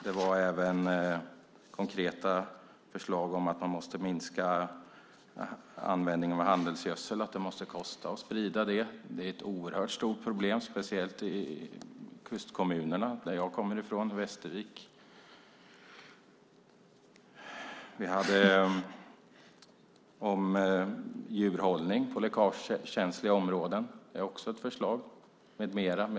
Det var även konkreta förslag om att man måste minska användningen av handelsgödsel och att det måste kosta att sprida det. Det är ett oerhört stort problem, speciellt i kustkommuner som jag kommer från - Västervik. Vi har också förslag om djurhållning på läckagekänsliga områden med mera.